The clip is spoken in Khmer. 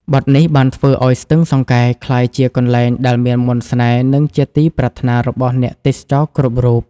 បទនេះបានធ្វើឱ្យស្ទឹងសង្កែក្លាយជាកន្លែងដែលមានមន្តស្នេហ៍ និងជាទីប្រាថ្នារបស់អ្នកទេសចរគ្រប់រូប។